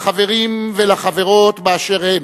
לחברים ולחברות באשר הם,